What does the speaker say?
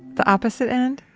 the opposite end?